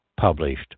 published